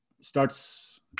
starts